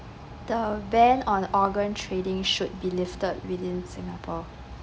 the ban on organ trading should be lifted within singapore